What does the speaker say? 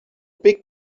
big